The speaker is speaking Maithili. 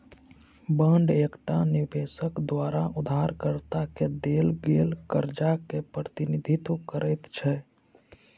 बांड एकटा निबेशक द्वारा उधारकर्ता केँ देल गेल करजा केँ प्रतिनिधित्व करैत छै